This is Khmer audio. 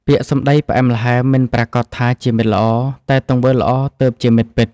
ពាក្យសម្តីផ្អែមល្ហែមមិនប្រាកដថាជាមិត្តល្អ តែទង្វើល្អទើបជាមិត្តពិត។